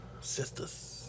sisters